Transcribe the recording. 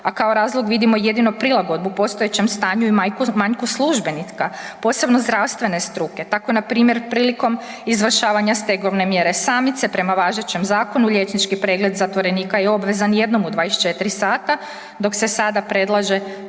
a kao razlog vidimo jedino prilagodbu postojećem stanju i manjku službenika, posebno zdravstvene struke. Tako npr. prilikom izvršavanja stegovne mjere samice prema važećem zakonu liječnički pregled zatvorenika je obvezan jednom u 24 sata, dok se sada predlaže